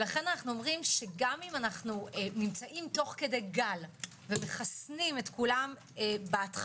לכן גם אם אנחנו תוך כדי גל ומחסנים את כולם בהתחלה,